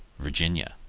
virginia.